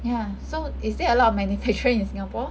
ya so is there a lot of manufacture in singapore